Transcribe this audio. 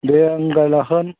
दे आं गारि लांखागोन